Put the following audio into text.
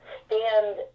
stand